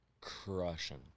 crushing